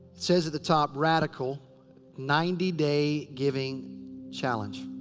says at the top, radical ninety day giving challenge.